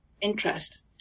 interest